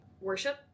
worship